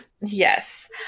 Yes